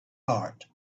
heart